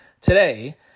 today